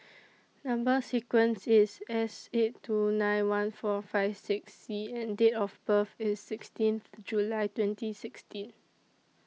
Number sequence IS S eight two nine one four five six C and Date of birth IS sixteenth July twenty sixteen